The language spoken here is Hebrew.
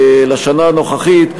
לשנה הנוכחית,